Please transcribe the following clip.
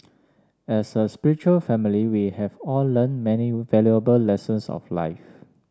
as a spiritual family we have all learned many valuable lessons of life